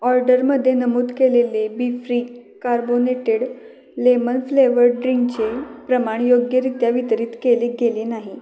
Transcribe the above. ऑर्डरमध्ये नमूद केलेले बीफ्रीक् कार्बोनेटेड लेमन फ्लेवर्ड ड्रिंकचे प्रमाण योग्यरित्या वितरित केले गेले नाही